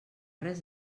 res